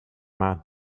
man